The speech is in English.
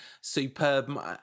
superb